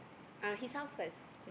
uh his house is at